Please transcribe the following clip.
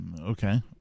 Okay